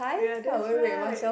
ya that's right